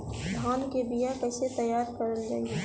धान के बीया तैयार कैसे करल जाई?